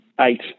eight